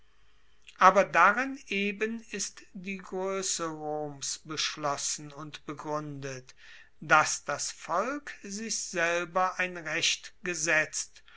aber darin eben ist die groesse roms beschlossen und begruendet dass das volk sich selber ein recht gesetzt